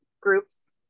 groups